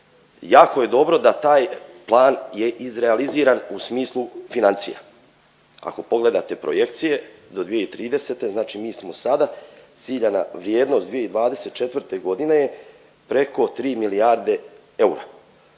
jako je dobro da taj plan je izrealiziran u smislu financija. Ako pogledate projekcije do 2030., znači mi smo sada ciljana vrijednost 2024.g. preko 3 milijarde eura,